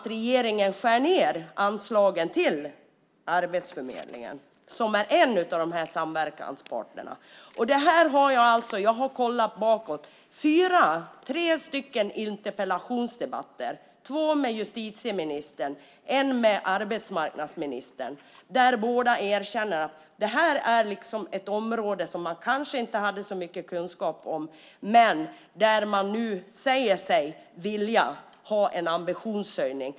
Regeringen skär ned anslagen till Arbetsförmedlingen, som är en av samverkansparterna. Jag har kollat bakåt och funnit att jag har haft tre interpellationsdebatter om detta, två med justitieministern och en med arbetsmarknadsministern. Båda erkände att detta är ett område som man kanske inte hade så mycket kunskap om men där man nu säger sig vilja ha en ambitionshöjning.